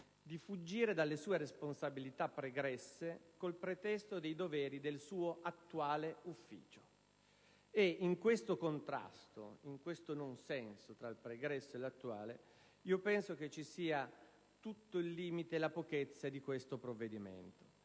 di fuggire dalle sue responsabilità pregresse col pretesto dei doveri del suo attuale ufficio. È in questo contrasto, in questo non senso tra il pregresso e l'attuale, che sta tutto il limite e la pochezza di questo provvedimento.